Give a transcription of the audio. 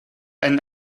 ein